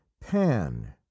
Pan